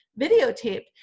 videotaped